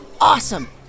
Awesome